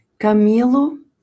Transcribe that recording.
Camilo